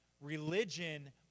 religion